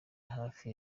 hafi